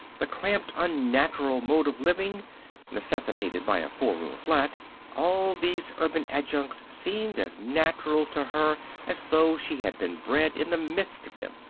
the cramped, unnatural mode of living necessitated by a four-room flat all these urban adjuncts seemed as natural to her as though she had been bred in the midst of them.